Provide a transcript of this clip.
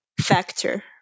factor